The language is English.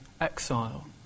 exile